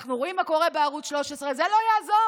אנחנו רואים מה קורה בערוץ 13, זה לא יעזור.